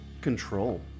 control